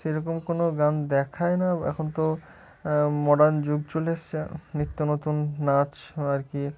সেরকম কোনো গান দেখায় না এখন তো মডার্ন যুগ চলে এসেছে নিত্য নতুন নাচ আর কি